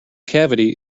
cavity